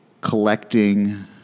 collecting